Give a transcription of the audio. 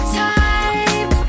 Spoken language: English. type